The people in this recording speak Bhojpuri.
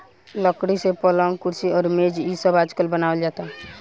लकड़ी से पलंग, कुर्सी अउरी मेज़ इ सब आजकल बनावल जाता